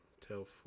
tell